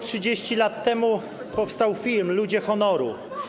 30 lat temu powstał film ˝Ludzie honoru˝